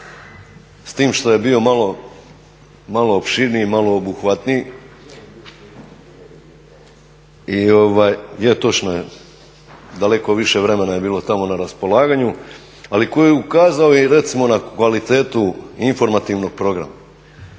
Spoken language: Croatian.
s tim što je bio malo opširniji malo obuhvatniji i je točno je daleko više vremena je bilo tamo na raspolaganju, ali koji je ukazao recimo i na kvalitetu informativnog programa,